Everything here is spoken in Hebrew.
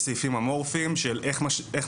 ויש בו סעיפים אמורפיים של איך משלימים,